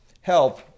help